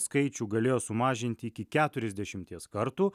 skaičių galėjo sumažinti iki keturiasdešimties kartų